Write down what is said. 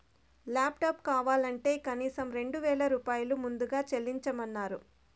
laptop కావాలంటే కనీసం రెండు వేల రూపాయలు ముందుగా చెల్లించమన్నరు